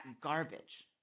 garbage